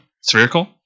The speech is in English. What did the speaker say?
Spherical